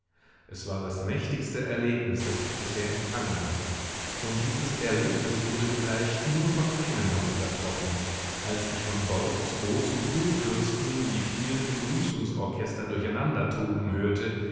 es war das mächtigste erlebnis das ich bisher empfangen hatte und dieses erlebnis wurde vielleicht nur von einem noch übertroffen als ich von bord des großen kurfürsten die vielen begrüßungsorchester durcheinandertoben hörte